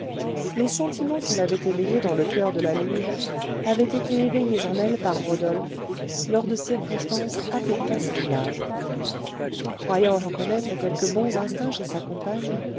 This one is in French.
les sentiments qu'elle avait éveillés dans le coeur de la louve avaient été éveillés en elle par rodolphe lors de circonstances à peu près semblables croyant reconnaître quelques bons instincts chez sa compagne